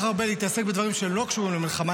הרבה להתעסק בדברים שלא קשורים למלחמה,